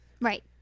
Right